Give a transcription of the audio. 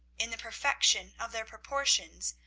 in the perfection of their proportions,